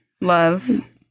Love